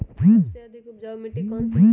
सबसे अधिक उपजाऊ मिट्टी कौन सी हैं?